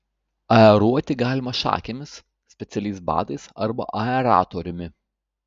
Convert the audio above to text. aeruoti galima šakėmis specialiais batais arba aeratoriumi